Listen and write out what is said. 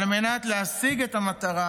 על מנת להשיג את המטרה,